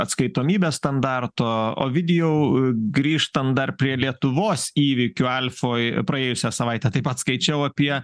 atskaitomybės standarto ovidijau grįžtant dar prie lietuvos įvykių alfoj praėjusią savaitę taip pat skaičiau apie